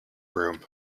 room